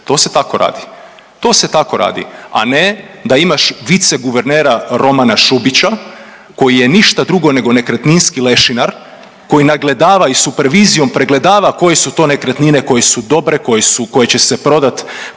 To se tako radi, to se tako radi a ne da imaš viceguvernera Romana Šubića koji je ništa drugo nego nekretninski lešinar koji nadgledava i supervizijom pregledava koje su to nekretnine koje su dobre, koje će se prodati,